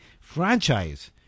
franchise